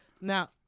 now